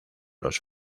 los